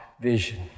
vision